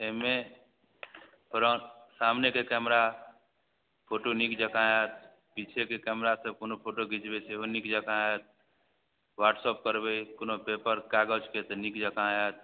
एहिमे सामनेके camera photo नीक जकाँ आएत पिछेके कैमरासे कोनो फोटो घिचबै सेहो नीक जकाँ आएत वॉट्सअप करबै कोनो पेपर कागजके तऽ नीक जकाँ आएत